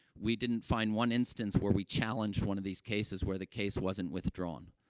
we didn't find one instance where we challenged one of these cases where the case wasn't withdrawn.